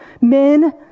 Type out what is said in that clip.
Men